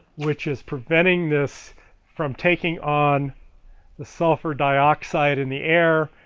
which is preventing this from taking on the sulfer dioxide in the air,